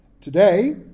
today